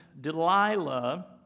Delilah